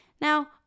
Now